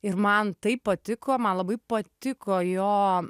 ir man taip patiko man labai patiko jo